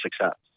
success